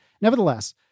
nevertheless